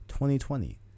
2020